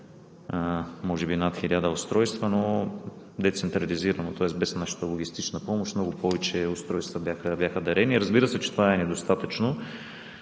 може би над 1000 устройства, но децентрализирано, тоест без нашата логистична помощ, много повече устройства бяха дарени. Разбира се, че това е недостатъчно.